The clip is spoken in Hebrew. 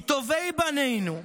מטובי בנינו,